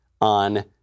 on